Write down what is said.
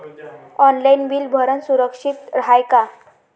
Online bill भरनं सुरक्षित हाय का?